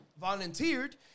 volunteered